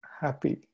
happy